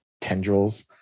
tendrils